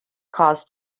caused